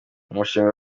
umushinga